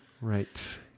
right